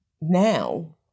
now